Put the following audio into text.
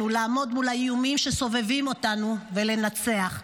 לעמוד מול האיומים שסובבים אותנו ולנצח,